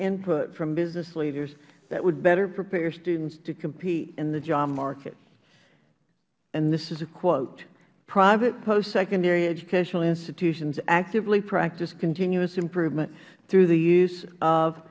input from business leaders that would better prepare students to compete in the job market and this is a quote private post secondary educational institutions actively practice continuous improvement through the use of